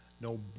No